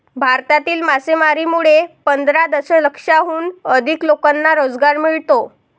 भारतातील मासेमारीमुळे पंधरा दशलक्षाहून अधिक लोकांना रोजगार मिळतो